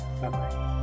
Bye-bye